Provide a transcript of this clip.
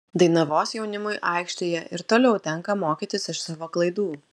dainavos jaunimui aikštėje ir toliau tenka mokytis iš savo klaidų